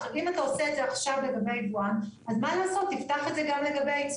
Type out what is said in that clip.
עכשיו אם אתה עושה את זה עכשיו לגבי יבואן,